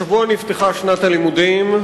השבוע נפתחה שנת הלימודים,